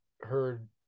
heard